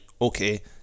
okay